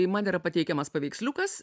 kai man yra pateikiamas paveiksliukas